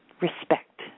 respect